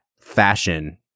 fashion